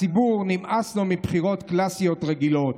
לציבור נמאס מבחירות קלאסיות רגילות.